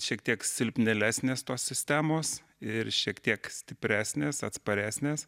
šiek tiek silpnėlesnės tos sistemos ir šiek tiek stipresnės atsparesnės